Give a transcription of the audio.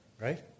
right